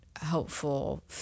helpful